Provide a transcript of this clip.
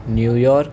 New York